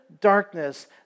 darkness